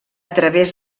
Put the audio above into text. través